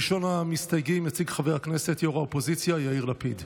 ראשון המסתייגים חבר הכנסת ראש האופוזיציה יאיר לפיד.